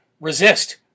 resist